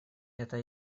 это